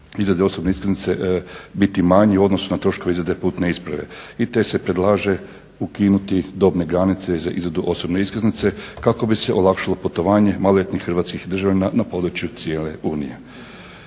izrade osobne iskaznice biti manji u odnosu na troškove izrade putne isprave. I te se predlaže ukinuti dobne granice za izradu osobne iskaznice kako bi se olakšalo putovanje maloljetnih hrvatskih državljana na području cijele Unije.